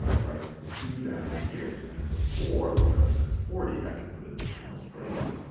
write the two down here. and then the four, which represents forty, i can put in the tens place.